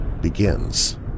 begins